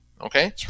Okay